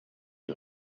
die